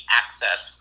access